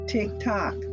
TikTok